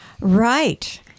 Right